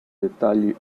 dettagli